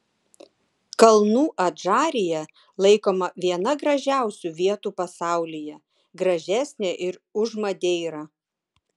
kalnų adžarija laikoma viena gražiausių vietų pasaulyje gražesnė ir už madeirą